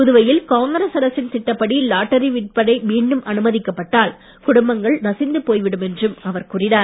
புதுவையில் காங்கிரஸ் அரசின் திட்டப்படி லாட்டரி விற்பனை மீண்டும் அனுமதிக்கப்பட்டால் ஏழை குடும்பங்கள் நசிந்து போய்விடும் என்றும் அவர் கூறினார்